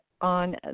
on